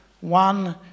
One